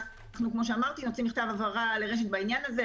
כאמור אנו מוציאים מכתב הבהרה לרש"ת בעניין הזה.